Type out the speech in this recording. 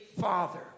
Father